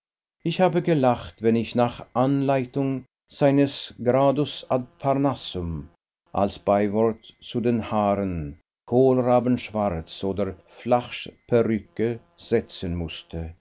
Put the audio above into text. ich habe gelacht wenn ich nach anleitung seines gradus ad parnassum als beiwort zu den haaren kohlrabenschwarz oder flachsperücke setzen mußte